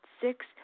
Six